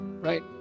right